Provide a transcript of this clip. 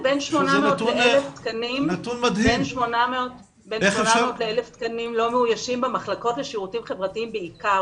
בין 800 ל-1,000 תקנים לא מאוישים במחלקות לשירותים חברתיים בעיקר.